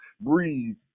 breathe